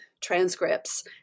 transcripts